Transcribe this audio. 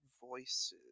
voices